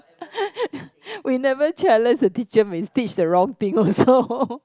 we never challenge the teacher we teach the wrong thing also